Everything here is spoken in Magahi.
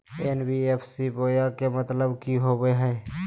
एन.बी.एफ.सी बोया के मतलब कि होवे हय?